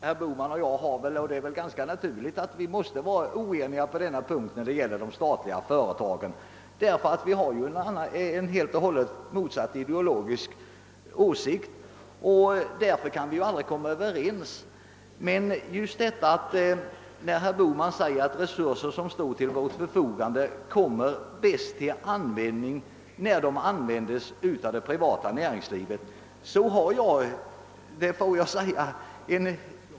Herr talman! Herr Bohman och jag är oeniga när det gäller de statliga företagen, och detta är helt naturligt eftersom vi har en helt och hållet motsatt ideologisk inställning. Herr Bohman säger att resurser som står till vårt förfogande kommer bäst till användning när de används av det privata näringslivet.